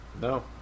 No